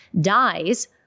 dies